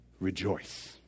rejoice